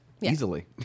Easily